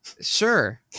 Sure